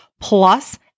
Plus